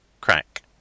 CRACK